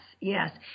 yes